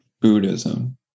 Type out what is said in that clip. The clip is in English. Buddhism